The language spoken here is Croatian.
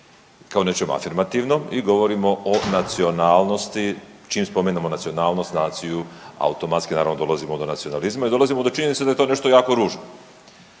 kao o nečem afirmativnom i govorimo o nacionalnosti, čim spomenemo nacionalnost, naciju automatski naravno dolazimo do nacionalizma i dolazimo do činjenice da je to nešto jako ružno.